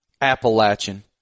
Appalachian